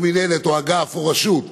או אגף או רשות,